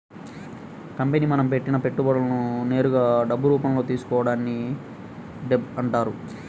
company మనం పెట్టిన పెట్టుబడులను నేరుగా డబ్బు రూపంలో తీసుకోవడాన్ని డెబ్ట్ అంటారు